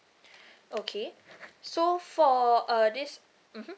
okay so for uh this mmhmm